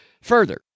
further